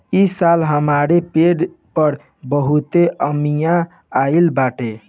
इस साल हमरी पेड़ पर बहुते अमिया आइल बाटे